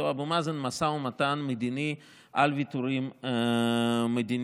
אבו מאזן משא ומתן מדיני על ויתורים מדיניים.